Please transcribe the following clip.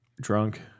drunk